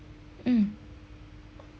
mm